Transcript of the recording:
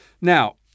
Now